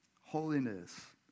holiness